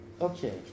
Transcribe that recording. Okay